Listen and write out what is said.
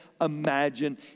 imagine